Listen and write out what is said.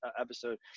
episode